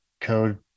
code